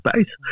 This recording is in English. space